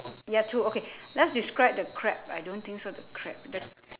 you got two okay let's describe the crab I don't think so the crab the